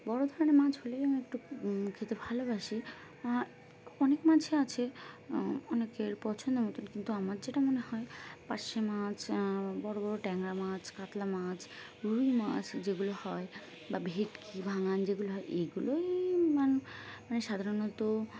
বড়ো ধরনের মাছ হলেই আমি একটু খেতে ভালোবাসি অনেক মাছই আছে অনেকের পছন্দের মতন কিন্তু আমার যেটা মনে হয় পারশে মাছ বড়ো বড়ো ট্যাংরা মাছ কাতলা মাছ রুই মাছ যেগুলো হয় বা ভেটকি ভাংগন যেগুলো হয় এগুলোই ম মানে সাধারণত